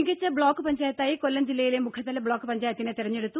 മികച്ച ബ്ലോക്ക് പഞ്ചായത്തായി കൊല്ലം ജില്ലയിലെ മുഖത്തല ബ്ലോക്ക് പഞ്ചായത്തിനെ തിരഞ്ഞെടുത്തു